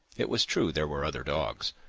it was true, there were other dogs,